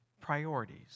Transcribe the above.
priorities